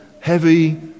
heavy